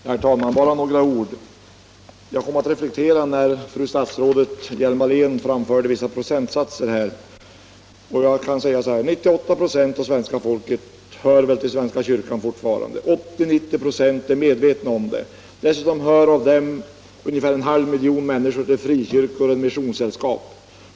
Herr talman! Bara några ord med anledning av att fru statsrådet Hjelm Wallén talade om olika procentsatser. 98 4 av svenska folket hör fortfarande till svenska kyrkan. 80-90 96 är medvetna om det. Av dem hör ungefär en halv miljon människor till frikyrkor och missionssällskap.